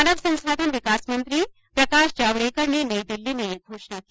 मानव संसाधन विकास मंत्री प्रकाश जावड़ेकर ने नई दिल्ली में ये घोषणा की